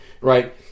right